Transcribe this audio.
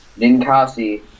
Ninkasi